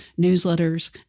newsletters